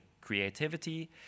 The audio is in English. creativity